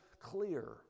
clear